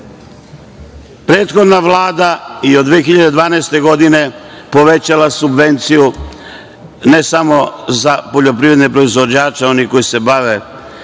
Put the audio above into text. Prethodna vlada je od 2012. godine povećala subvenciju, ne samo za poljoprivredne proizvođače, one koji se bave